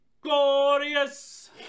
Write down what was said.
glorious